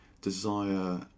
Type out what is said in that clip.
desire